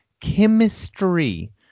chemistry